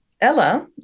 ella